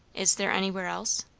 is there anywhere else?